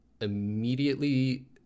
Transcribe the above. immediately